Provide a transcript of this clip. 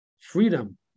freedom